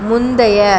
முந்தைய